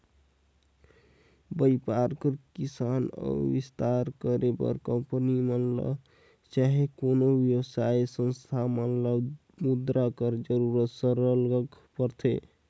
बयपार कर बिकास अउ बिस्तार करे बर कंपनी मन ल चहे कोनो बेवसायिक संस्था मन ल मुद्रा कर जरूरत सरलग परथे